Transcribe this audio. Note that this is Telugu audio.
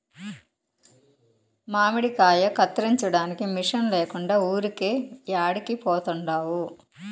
మామిడికాయ కత్తిరించడానికి మిషన్ లేకుండా ఊరికే యాడికి పోతండావు